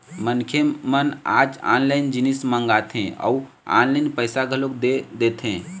मनखे मन आज ऑनलाइन जिनिस मंगाथे अउ ऑनलाइन पइसा घलोक दे देथे